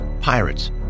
pirates